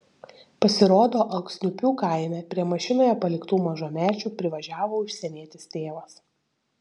pasirodo alksniupių kaime prie mašinoje paliktų mažamečių privažiavo užsienietis tėvas